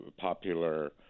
popular